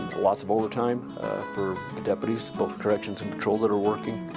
lots of overtime for deputies both corrections and patrol that are working.